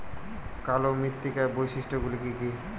কালো মৃত্তিকার বৈশিষ্ট্য গুলি কি কি?